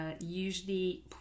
usually